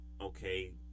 okay